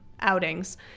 outings